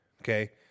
okay